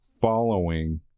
following